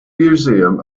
museum